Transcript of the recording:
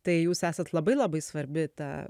tai jūs esat labai labai svarbi ta